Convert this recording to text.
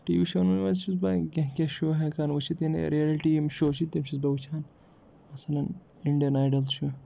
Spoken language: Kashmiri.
ٹی وی شوون منٛز چھُس بہٕ ہیٚکان کیٚنہہ کیٚنہہ شوو ہیٚکان وُچھِتھ یعنی رِیَلٹی شوو چھُ تِم چھُس بہٕ وُچھان مثلاً اِنڈین ایڈل چھُ